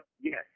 yes